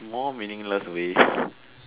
more meaningless ways